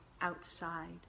outside